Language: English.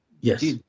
yes